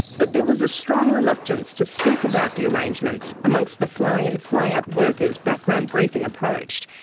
but there was a strong reluctance to speak about the arrangements, amongst the fly-in, fly-out workers background briefing approached.